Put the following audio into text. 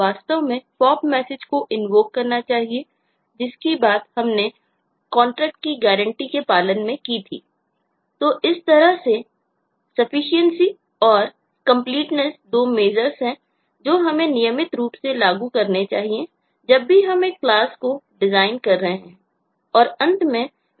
विश्लेषणएनालिसिस की गारंटी के पालन करने में की थी